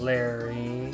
Larry